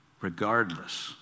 regardless